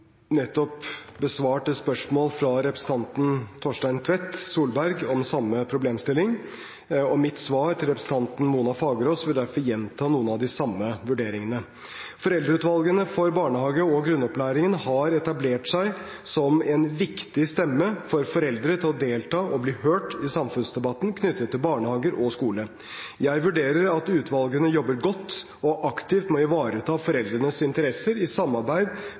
nettopp besvart et spørsmål fra representanten Torstein Tvedt Solberg om samme problemstilling, og jeg vil i mitt svar til representanten Mona Fagerås derfor gjenta noen av de samme vurderingene. Foreldreutvalget for barnehager og Foreldreutvalget for grunnopplæringen har etablert seg som viktige stemmer for foreldre til å delta og blir hørt i samfunnsdebatten knyttet til barnehager og skole. Jeg vurderer at utvalgene jobber godt og aktivt med å ivareta foreldrenes interesser i